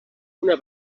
una